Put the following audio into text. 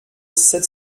sept